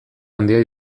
handia